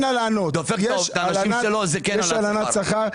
דופק את האנשים שלו, זה כן הלנת שכר.